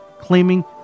claiming